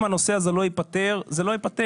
אם הנושא הזה לא ייפתר, זה לא ייפתר.